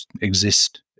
exist